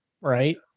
right